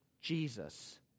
Jesus